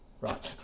right